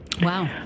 Wow